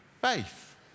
faith